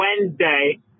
Wednesday